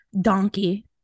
Donkey